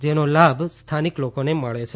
જેનો લાભ સ્થાનિક લોકોને મળે છે